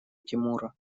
тимура